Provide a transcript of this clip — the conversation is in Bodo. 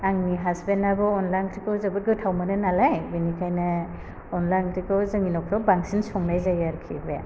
आंनि हासबेनाबो अनला ओंख्रिखौ जोबोद गोथाव मोनो नालाय बेनिखायनो अनला ओंख्रिखौ जोंनि नखराव बांसिन संनाय जायो आरखि बे